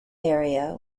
area